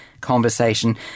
conversation